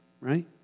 right